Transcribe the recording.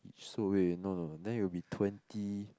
so wait no no no then it will be twenty